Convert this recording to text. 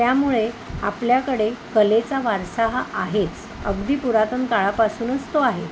त्यामुळे आपल्याकडे कलेचा वारसा हा आहेच अगदी पुरातन काळापासूनच तो आहे